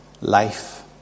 life